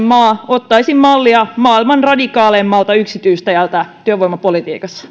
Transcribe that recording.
maa ottaisi mallia maailman radikaaleimmalta yksityistäjältä työvoimapolitiikassa